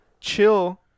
chill